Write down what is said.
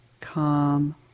calm